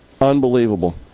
unbelievable